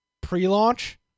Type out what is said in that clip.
pre-launch